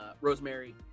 Rosemary